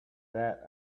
that